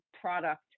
product